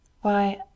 Why